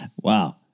Wow